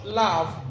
love